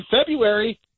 February